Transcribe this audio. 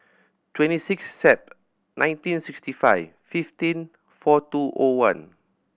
twenty six Sep nineteen sixty five fifteen four two O one